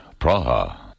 Praha